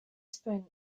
spring